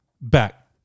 back